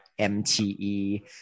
MTE